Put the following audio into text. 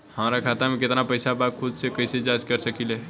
हमार खाता में केतना पइसा बा त खुद से कइसे जाँच कर सकी ले?